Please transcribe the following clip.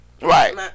right